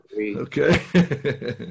Okay